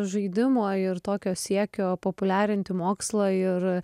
žaidimo ir tokio siekio populiarinti mokslą ir